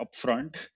upfront